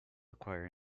acquire